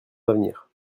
d’avenir